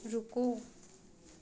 रुको